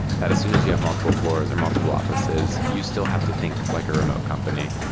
that as soon as you have multiple floors and multiple offices, you still have to think like a remote company.